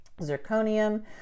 Zirconium